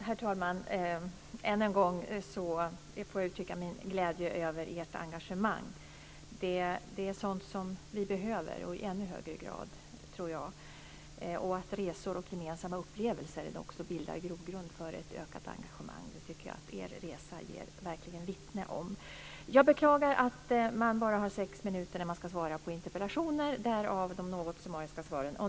Herr talman! Än en gång får jag uttrycka min glädje över ert engagemang. Det är sådant som vi behöver - och i ännu högre grad, tror jag. Resor och gemensamma upplevelser bildar grogrund för ett ökat engagemang. Det tycker jag att er resa verkligen vittnar om. Jag beklagar att man bara har sex minuter när man ska svara på interpellationer - därav de något summariska svaren.